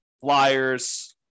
flyers